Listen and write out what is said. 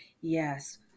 Yes